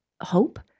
hope